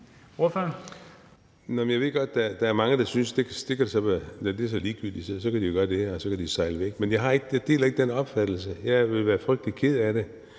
der er mange, der synes, at det kan være ligegyldigt: Så kan de jo gøre det, og så kan de sejle væk. Men jeg deler ikke den opfattelse. Jeg ville være frygtelig ked af det,